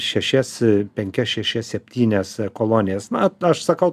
šešias penkias šešias septynias kolonijas na aš sakau